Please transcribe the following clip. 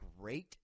great